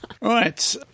Right